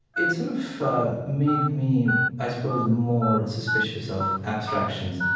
it sort of made me, i suppose, more suspicious of abstractions,